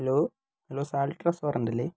hello hello salt restaurant അല്ലേ